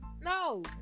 No